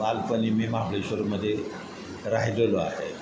बालपणी मी महाबळेश्वरमध्ये राहिलेलो आहे